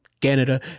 Canada